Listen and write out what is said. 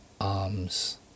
arms